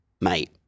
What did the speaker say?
mate